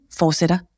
fortsætter